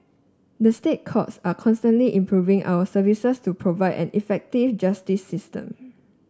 the State Courts are constantly improving our services to provide an effective justice system